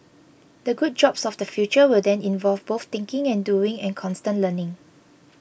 the good jobs of the future will then involve both thinking and doing and constant learning